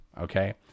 okay